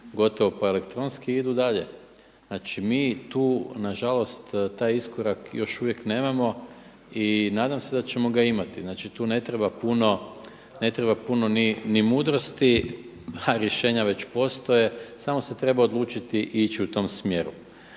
gotovo pa elektronski i idu dalje. znači mi tu nažalost taj iskorak još uvijek nemamo i nadam se da ćemo ga imati. Znači tu ne treba puno ni mudrosti, ha rješenja već postoje, samo se treba odlučiti i ići u tom smjeru.